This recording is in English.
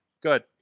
good